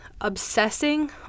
obsessing